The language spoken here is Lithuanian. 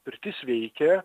pirtis veikė